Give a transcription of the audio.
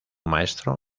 maestro